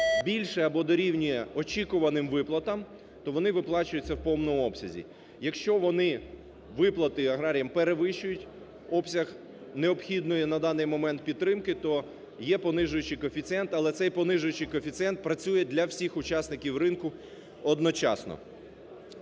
більше або дорівнює очікуваним виплатам, то вони виплачуються у повному обсязі. Якщо вони, виплати аграріям, перевищують обсяг необхідної на даний момент підтримки, то є понижуючий коефіцієнт, але цей понижуючий коефіцієнт працює для всіх учасників ринку одночасно.